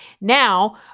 Now